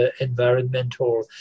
environmental